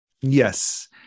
Yes